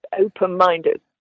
open-minded